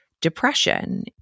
depression